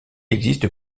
existe